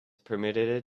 permitted